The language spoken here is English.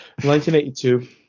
1982